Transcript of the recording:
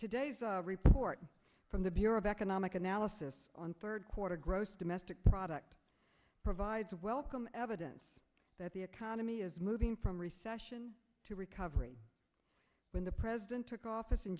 today's report from the bureau back and mike analysis on third quarter gross domestic product provides a welcome evidence that the economy is moving from recession to recovery when the president took office in